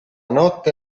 notte